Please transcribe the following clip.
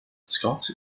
scott